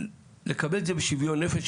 ולקבל את זה בשוויון נפש,